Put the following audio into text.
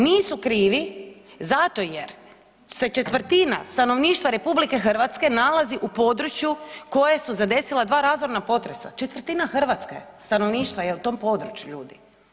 Nisu krivi zato jer se četvrtina stanovništava RH nalazi u području koje su zadesila 2 razorna potresa, četvrtina Hrvatske, stanovništva je na u tom području ljudi.